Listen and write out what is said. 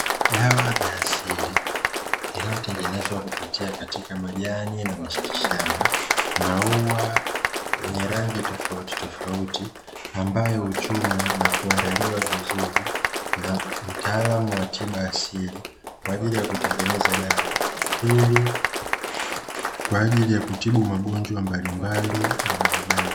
Dawa ya asili ,inayotengenezwa kupitia majani na mitishamba ,maua yenye rangi tofauti tofauti ambayo huchumwa na kuandaliwa vizuri na mtaalamu wa tiba asili kwaajili ya kutengeneza dawa ili kwaajili ya kutibu magonjwa mbalimbali ya binadamu.